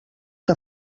que